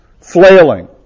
flailing